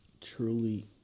truly